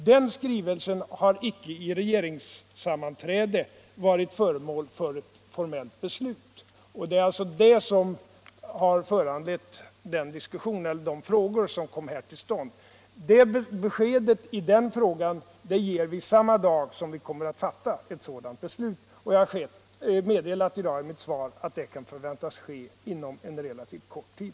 Den skrivelsen har icke i regeringssammanträde varit föremål för formellt beslut och det är alltså detta som föranlett de frågor som här framställts. Besked i anledning av denna skrivelse ger vi samma dag som vi kommer att fatta ett sådant beslut, och jag har meddelat i dag i mitt interpellationssvar att det kan förväntas ske inom en relativt kort tid.